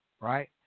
Right